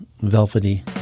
velvety